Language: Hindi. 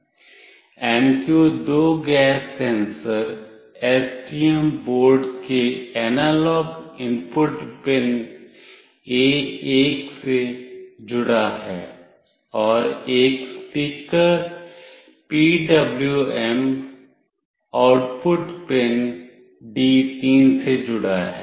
MQ2 gas sensor STM board के एनालॉग इनपुट पिन A1 से जुड़ा है और एक speaker PWM output pin D3 से जुड़ा है